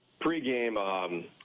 pregame